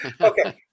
Okay